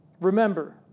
remember